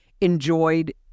enjoyed